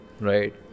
Right